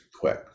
quick